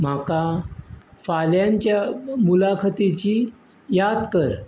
म्हाका फाल्यांच्या मुलाखतीची याद कर